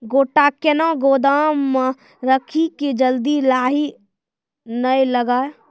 गोटा कैनो गोदाम मे रखी की जल्दी लाही नए लगा?